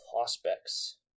prospects